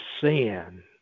sin